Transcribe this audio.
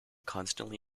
constantly